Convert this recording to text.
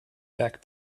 back